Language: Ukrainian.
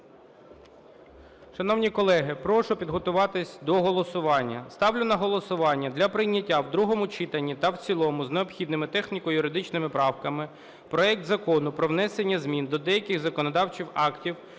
Шановні колеги, прошу підготуватися до голосування. Ставлю на голосування для прийняття в другому читанні та в цілому з необхідними техніко-юридичними правками проект Закону про внесення змін до деяких законодавчих актів